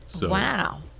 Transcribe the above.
Wow